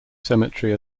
cemetery